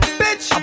bitch